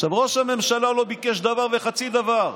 עכשיו, ראש הממשלה לא ביקש דבר וחצי דבר.